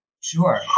Sure